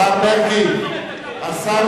שכחת מה קדימה עשתה במועצות הדתיות?